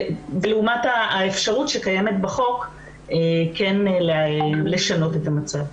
לעומת האפשרות שקיימת בחוק לשנות את המצב.